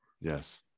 Yes